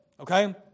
Okay